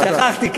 שכחתי,